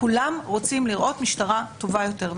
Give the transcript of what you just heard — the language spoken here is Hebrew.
כולם רוצים לראות משטרה טובה יותר.